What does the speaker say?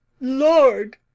Lord